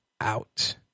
out